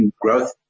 growth